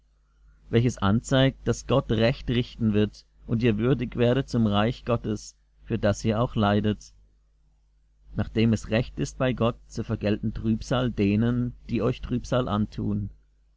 welches anzeigt daß gott recht richten wird und ihr würdig werdet zum reich gottes für das ihr auch leidet nach dem es recht ist bei gott zu vergelten trübsal denen die euch trübsal antun